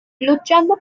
luchando